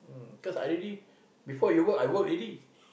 mm cause I already before you work I work already